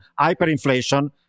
hyperinflation